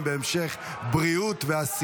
תודה רבה.